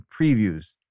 previews